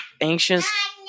Anxious